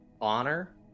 honor